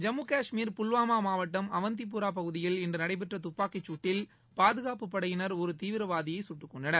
ஜம்மு காஷ்மீர் புல்வாமா மாவட்டம் அவந்திப்புரா பகுதியில் இன்று நடைபெற்ற துப்பாக்கிச் சூட்டில் பாதுகாப்புப் படையினர் ஒரு தீவிரவாதியை சுட்டுக் கொன்றனர்